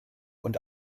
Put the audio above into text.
und